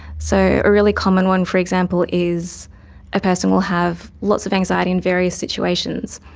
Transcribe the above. so a really common one, for example, is a person will have lots of anxiety in various situations,